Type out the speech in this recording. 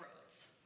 roads